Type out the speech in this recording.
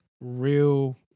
real